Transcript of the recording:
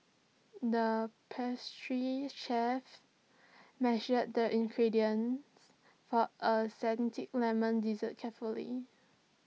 the pastry chef measured the ingredients for A Lemon Dessert carefully